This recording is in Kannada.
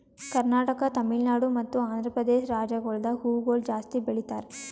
ಕರ್ನಾಟಕ, ತಮಿಳುನಾಡು ಮತ್ತ ಆಂಧ್ರಪ್ರದೇಶ ರಾಜ್ಯಗೊಳ್ದಾಗ್ ಹೂವುಗೊಳ್ ಜಾಸ್ತಿ ಬೆಳೀತಾರ್